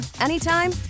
anytime